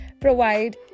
Provide